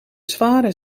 zware